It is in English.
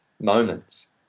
moments